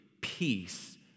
peace